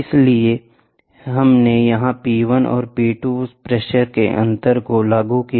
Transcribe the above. इसलिए हमने यहां P1और P2 प्रेशर अंतर को लागू किया